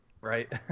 Right